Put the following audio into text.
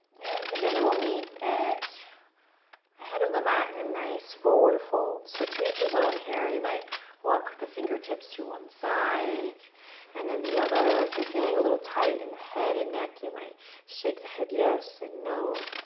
and together, we'll meet at the head of the mat in a and and nice forward fold. so to each his own here. you might walk the fingertips to one side and then the other. if you're feeling a little tight in the head and neck, you might shake the head yes and no.